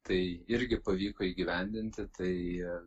tai irgi pavyko įgyvendinti tai